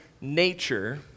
nature